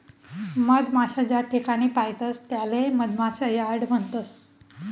मधमाशा ज्याठिकाणे पायतस त्याले मधमाशा यार्ड म्हणतस